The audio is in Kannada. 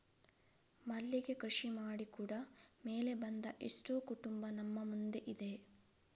ಮಲ್ಲಿಗೆ ಕೃಷಿ ಮಾಡಿ ಕೂಡಾ ಮೇಲೆ ಬಂದ ಎಷ್ಟೋ ಕುಟುಂಬ ನಮ್ಮ ಮುಂದೆ ಇದೆ